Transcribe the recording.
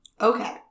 Okay